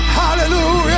hallelujah